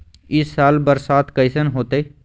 ई साल बरसात कैसन होतय?